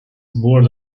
board